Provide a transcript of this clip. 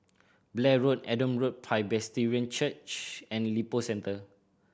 Blair Road Adam Road Presbyterian Church and Lippo Centre